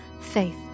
Faith